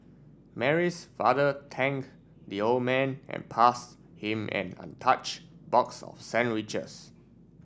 Mary's father thank the old man and pass him an untouched box of sandwiches